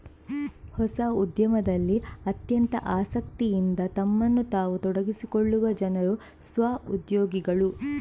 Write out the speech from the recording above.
ಹೊಸ ಉದ್ಯಮದಲ್ಲಿ ಅತ್ಯಂತ ಆಸಕ್ತಿಯಿಂದ ತಮ್ಮನ್ನು ತಾವು ತೊಡಗಿಸಿಕೊಳ್ಳುವ ಜನರು ಸ್ವ ಉದ್ಯೋಗಿಗಳು